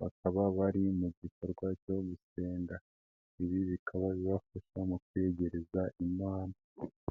bakaba bari mu gikorwa cyo gusenga, ibi bikaba bibafasha mu kwiyegereza Imana.